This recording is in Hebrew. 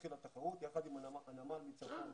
ותתחיל התחרות יחד עם הנמל מצפון,